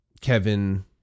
Kevin